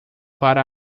para